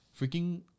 freaking